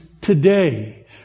today